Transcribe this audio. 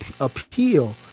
appeal